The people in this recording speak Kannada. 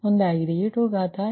ಆದ್ದರಿಂದ ಇದು ಒಂದಾಗಿದೆ